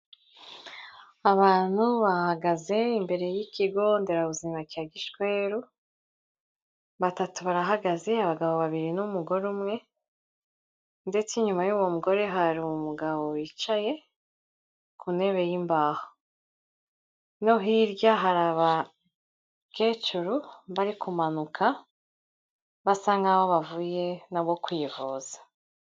Abantu bahagaze imbere y'ikigo nderabuzima cya Gishweru, batatu barahagaze: abagabo babiri n'umugore umwe ndetse inyuma y'uwo mugore hari umugabo wicaye ku ntebe y'imbaho no hirya hari abakecuru bari kumanuka basa nk'aho bavuye nabo kwivuza.